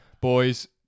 Boys